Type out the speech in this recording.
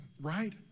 right